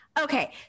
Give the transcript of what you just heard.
Okay